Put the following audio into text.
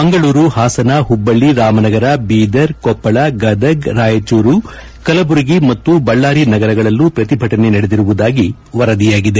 ಮಂಗಳೂರು ಹಾಸನ ಹುಬ್ಬಳ್ಳಿ ರಾಮನಗರ ಬೀದರ್ ಕೊಪ್ಪಳ ಗದಗ ರಾಯಚೂರು ಕಲಬುರಗಿ ಮತ್ತು ಬಳ್ಳಾರಿ ನಗರಗಳಲ್ಲೂ ಪ್ರತಿಭಟನೆ ನಡೆದಿರುವುದಾಗಿ ವರದಿಯಾಗಿದೆ